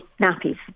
nappies